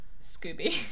Scooby